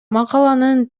макаланын